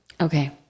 Okay